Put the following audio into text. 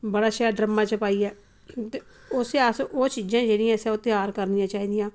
बड़ा शैल डरम्मा च पाइयै ते उसी अस और चीजां जेहड़ियां तैयार करनियां चाहिदियां